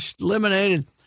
eliminated